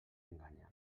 enganyen